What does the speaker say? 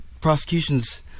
prosecution's